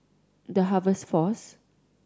The Harvest Force